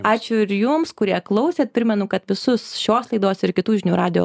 ačiū ir jums kurie klausėt primenu kad visus šios laidos ir kitų žinių radijo